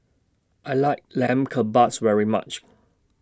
I like Lamb Kebabs very much